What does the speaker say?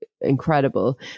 incredible